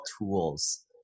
tools